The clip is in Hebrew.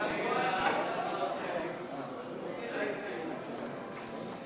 ההסתייגות לחלופין של קבוצת סיעת יש עתיד לסעיף 7 לא נתקבלה.